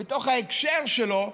בתוך ההקשר שלו,